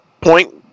point